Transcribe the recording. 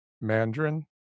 mandarin